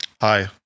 Hi